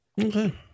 Okay